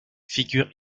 figure